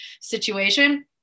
situation